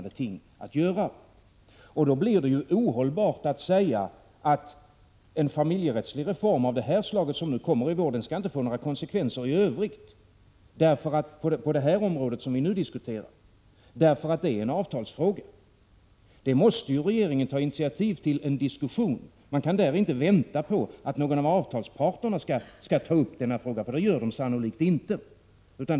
d. att göra. Det är därför ohållbart att säga att en familjerättslig reform av det slag som kommer upp till behandling i vår inte skall få några konsekvenser på det område som vi nu diskuterar därför att det är en avtalsfråga. Regeringen måste ta initiativ till en diskussion om dessa spörsmål. Man kan inte vänta på att någon av avtalsparterna skall ta upp denna fråga, för det kommer sannolikt inte att ske.